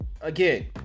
Again